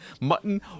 mutton